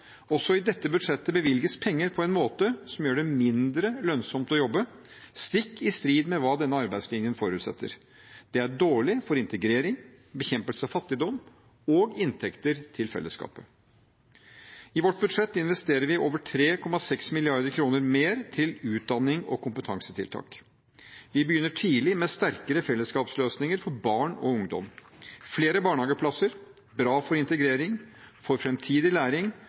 Også i dette budsjettet bevilges penger på en måte som gjør det mindre lønnsomt å jobbe – stikk i strid med hva arbeidslinjen forutsetter. Det er dårlig for integrering, bekjempelse av fattigdom og inntekter til fellesskapet. I vårt budsjett investerer vi over 3,6 mrd. kr mer til utdanning og kompetansetiltak. Vi begynner tidlig, med sterkere fellesskapsløsninger for barn og ungdom: Flere barnehageplasser er bra for integrering, for framtidig læring